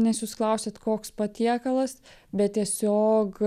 nes jūs klausėt koks patiekalas bet tiesiog